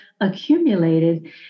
accumulated